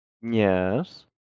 Yes